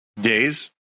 days